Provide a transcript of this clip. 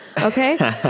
okay